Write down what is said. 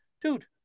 dude